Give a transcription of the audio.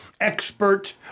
expert